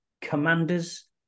commanders